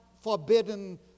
forbidden